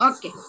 Okay